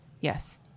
Yes